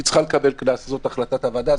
היא צריכה לקבל קנס זאת החלטת הוועדה,